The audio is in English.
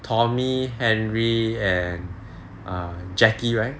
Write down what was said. tommy henry and err jacky right